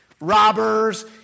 Robbers